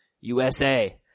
usa